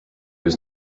was